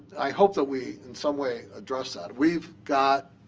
i hope that we, in some way, address that. we've got